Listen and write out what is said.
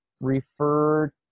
refer